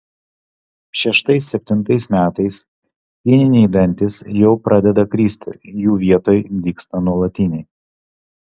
šeštais septintais metais pieniniai dantys jau pradeda kristi jų vietoj dygsta nuolatiniai